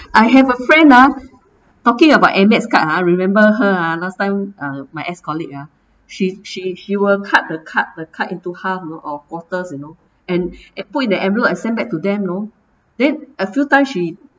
I have a friend ah talking about amex card ah remember her ah last time uh my ex colleague ah she she she will cut the cut the card into half or quarters you know and and put in the envelope and send back to them you know then a few times she